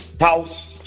house